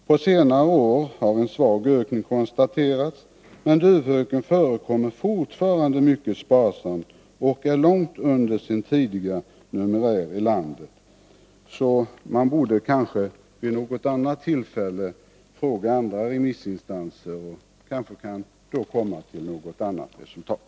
På senare år har visserligen en svag ökning av stammen konstaterats, men fortfarande förekommer duvhöken mycket sparsamt och är långt under sin tidigare numerär i landet, så man borde vid något annat tillfälle fråga andra remissinstanser. Då kunde man kanske komma till ett annat resultat.